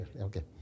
Okay